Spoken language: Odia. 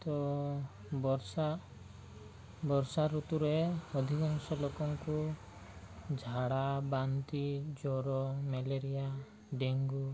ତ ବର୍ଷା ବର୍ଷା ଋତୁରେ ଅଧିକାଂଶ ଲୋକଙ୍କୁ ଝାଡ଼ା ବାନ୍ତି ଜ୍ଵର ମ୍ୟାଲେରିଆ ଡେଙ୍ଗୁ